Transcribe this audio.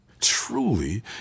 Truly